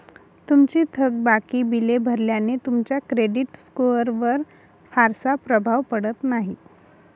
तुमची थकबाकी बिले भरल्याने तुमच्या क्रेडिट स्कोअरवर फारसा प्रभाव पडत नाही